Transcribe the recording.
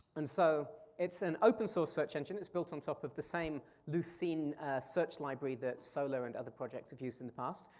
and so it's an open source search engine, it's built on top of the same lucene search library that solr and other projects have used in the past.